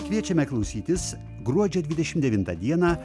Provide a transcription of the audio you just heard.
kviečiame klausytis gruodžio dvidešimt devintą dieną